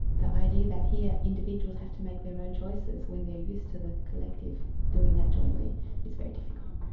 the idea that here individuals have to make their own choices when they're used to the collective doing that jointly is very difficult.